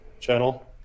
channel